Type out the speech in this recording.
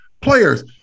players